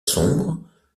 sombre